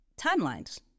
timelines